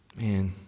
man